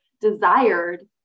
desired